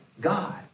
God